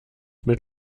mit